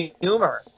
humor